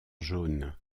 jaune